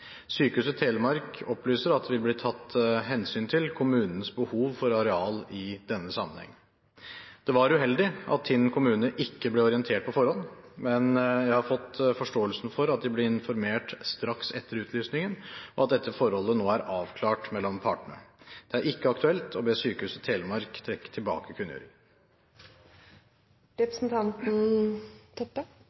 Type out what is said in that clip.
Sykehuset Telemark opplyser at det vil bli tatt hensyn til kommunenes behov for areal i denne sammenheng. Det var uheldig at Tinn kommune ikke ble orientert på forhånd, men jeg har fått forståelsen av at de ble informert straks etter utlysningen, og at dette forholdet nå er avklart mellom partene. Det er ikke aktuelt å be Sykehuset Telemark trekke tilbake